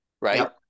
right